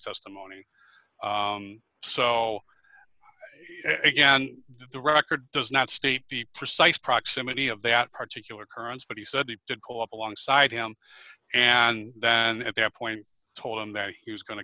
testimony so again the record does not state the precise proximity of that particular kerns but he said he did go up alongside him and then at that point told him that he was going to